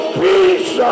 peace